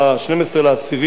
באוקטובר 2010,